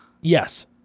Yes